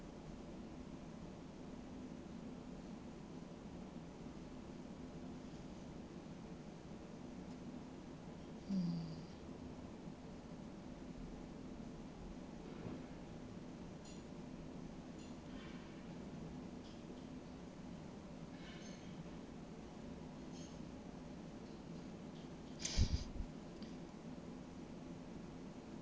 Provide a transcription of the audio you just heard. mm